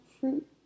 fruit